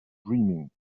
dreaming